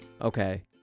okay